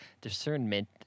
discernment